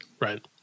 right